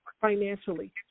financially